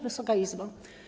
Wysoka Izbo!